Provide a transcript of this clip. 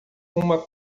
uma